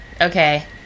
Okay